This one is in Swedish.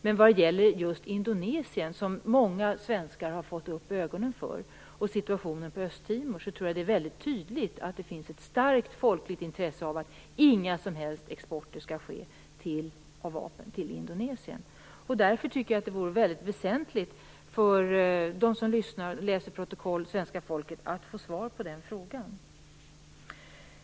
Men i fråga om just Indonesien, som många svenskar har fått upp ögonen för, och situationen på Östtimor, tror jag att det är väldigt tydligt att det finns ett starkt folkligt intresse av att ingen som helst export skall ske dit. Därför tycker jag att det vore väldigt väsentligt för dem som lyssnar och läser protokoll, för det svenska folket, att få svar på den frågan.